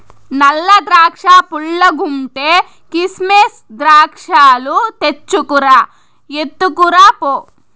నల్ల ద్రాక్షా పుల్లగుంటే, కిసిమెస్ ద్రాక్షాలు తెచ్చుకు రా, ఎత్తుకురా పో